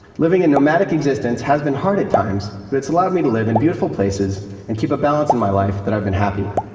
living a nomadic existence has been hard at times, but it's allowed me to live in beautiful places and keep a balance in my life that i've been happy with.